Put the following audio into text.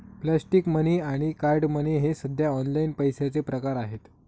plastic money आणि card money हे सध्या ऑनलाइन पैशाचे प्रकार आहेत